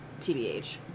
TBH